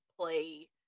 play